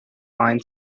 find